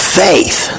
faith